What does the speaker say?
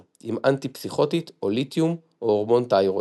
עם אנטי-פסיכוטיות\ליתיום\הורמון תירואיד.